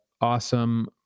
awesome